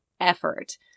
effort